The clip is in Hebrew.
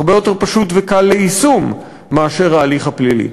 הרבה יותר פשוט וקל ליישום מההליך הפלילי.